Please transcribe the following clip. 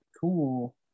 cool